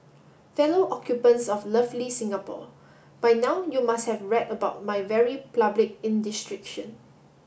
fellow occupants of lovely Singapore by now you must have read about my very public indiscretion